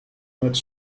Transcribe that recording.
met